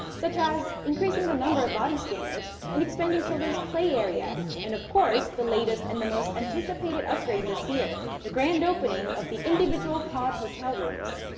such as increasing the number of body scanners, and expanding children's play area. and of course, the latest and the most anticipated upgrade this year, the grand opening of the individual pod hotel rooms.